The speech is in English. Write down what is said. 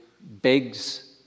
begs